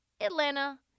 Atlanta